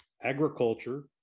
agriculture